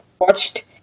watched